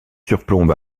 surplombe